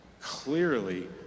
clearly